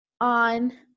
on